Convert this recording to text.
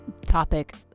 topic